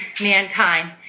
mankind